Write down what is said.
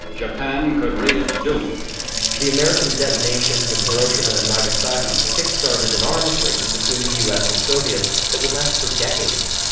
japan could read its doom. narrator the american detonations in hiroshima and nagasaki kick-started an arms race between the us and soviets that would last for decades.